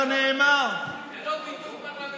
זה לא ביטוי פרלמנטרי.